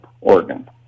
Oregon